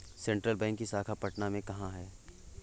Central bank की शाखा पटना में कहाँ है?